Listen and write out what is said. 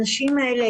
הנשים האלה,